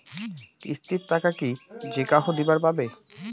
কিস্তির টাকা কি যেকাহো দিবার পাবে?